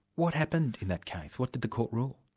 what happened in that case? what did the court rule?